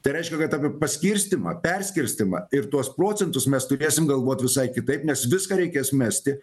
tai reiškia kad apie paskirstymą perskirstymą ir tuos procentus mes turėsim galvot visai kitaip nes viską reikės mesti